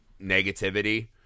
negativity